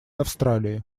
австралии